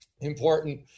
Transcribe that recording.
important